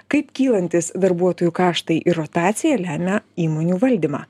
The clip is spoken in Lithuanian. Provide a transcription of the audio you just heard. kaip kylantys darbuotojų kaštai ir rotacija lemia įmonių valdymą